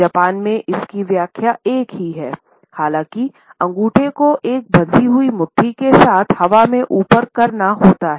Japan में इसकी व्याख्या एक ही है हालांकि अंगूठे को एक बंधी हुई मुट्ठी के साथ हवा में ऊपर करना होता हैं